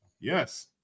Yes